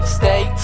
stay